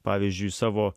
pavyzdžiui savo